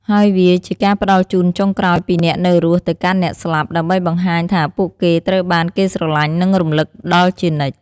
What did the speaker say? ហើយវាជាការផ្តល់ជូនចុងក្រោយពីអ្នកនៅរស់ទៅកាន់អ្នកស្លាប់ ដើម្បីបង្ហាញថាពួកគេត្រូវបានគេស្រឡាញ់ និងរំលឹកដល់ជានិច្ច។